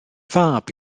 fab